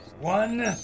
One